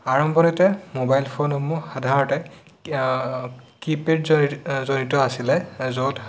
আৰম্ভণিতে মোবাইল ফোনসমূহ সাধাৰণতে কি পেড জড়ি জড়িত আছিলে য'ত